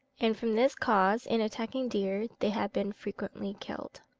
and from this cause in attacking deer they have been frequently killed.